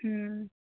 ம்